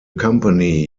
company